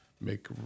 make